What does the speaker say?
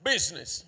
Business